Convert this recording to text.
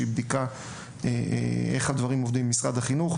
שהיא בדיקה לגבי איך הדברים עובדים במשרד החינוך,